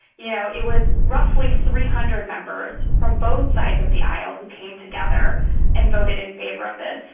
you know, it was roughly three hundred members from both sides of the aisle who came together and voted in favour of this.